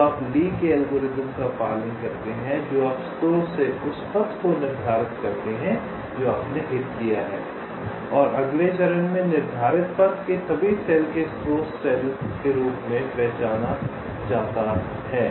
तो आप ली के एल्गोरिथ्म का पालन करते हैं जो आप स्रोत से उस पथ को निर्धारित करते हैं जो आपने हिट किया है और अगले चरण में निर्धारित पथ के सभी सेल को स्रोत सेल के रूप में पहचाना जाता है